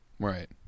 Right